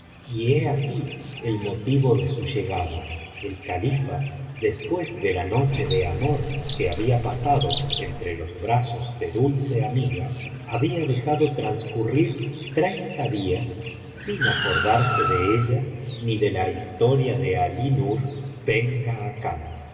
y he aquí el motivo de su llegada el califa después de la noche de amor que había pasado entre los brazos de dulce amiga había dejado transcurrir treinta días sin acordarse de ella ni de la historia de alí nur ben khcan pero una